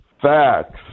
facts